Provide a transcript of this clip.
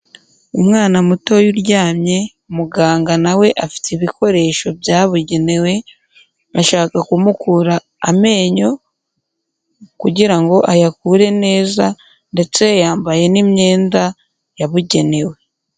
Umwana mutoya uryamye, muganga na we afite ibikoresho byabugenewe ashaka kumukura amenyo kugira ngo ayakure neza ndetse yambaye n'imyenda yabugenewe.